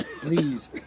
Please